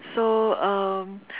so um